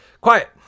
quiet